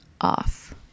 off